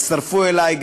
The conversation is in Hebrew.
הצטרפו אלי,